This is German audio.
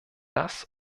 das